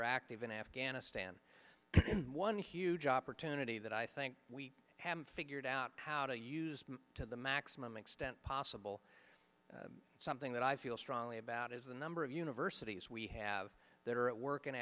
are active in afghanistan one huge opportunity that i think we haven't figured out how used to the maximum extent possible something that i feel strongly about is the number of universities we have that are at work